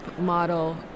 model